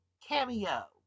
cameo